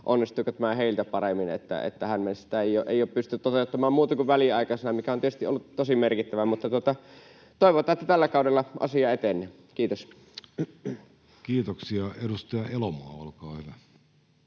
onnistuuko tämä heiltä paremmin. Tähän mennessä sitä ei ole pystytty toteuttamaan muuten kuin väliaikaisena, mikä on tietysti ollut tosi merkittävää. Toivotaan, että tällä kaudella asia etenee. — Kiitos. [Speech 45] Speaker: